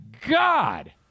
God